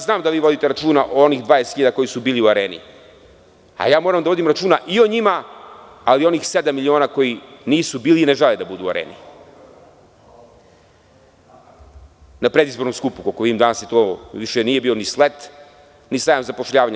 Znam da vi vodite računa o onih 20.000 koji su bili u Areni, a ja moram da vodim računa i o njima, ali i o onih sedam miliona koji nisu bili i ne žele da budu u Areni na predizbornom skupu, koliko vidim danas to više nije bio ni slet, ni sajam zapošljavanja.